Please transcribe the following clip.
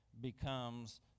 becomes